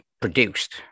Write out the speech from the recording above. produced